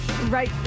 Right